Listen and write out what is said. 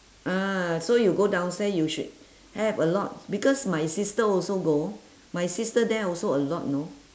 ah so you go downstair you should have a lot because my sister also go my sister there also a lot know